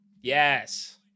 yes